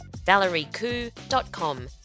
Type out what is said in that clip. ValerieKoo.com